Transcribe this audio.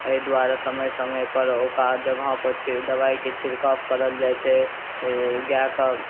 एहि दुआरे समय समयपर ओकर जगहपर दवाइक छिड़काव करल जाइत छै गाएकेँ